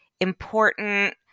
important